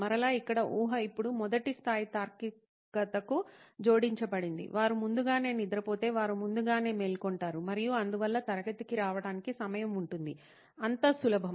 మరలా ఇక్కడ ఊహ ఇప్పుడు మొదటి స్థాయి తార్కికతకు జోడించబడింది వారు ముందుగానే నిద్రపోతే వారు ముందుగానే మేల్కొంటారు మరియు అందువల్ల తరగతికి రావటానికి సమయం ఉంటుంది అంత సులభం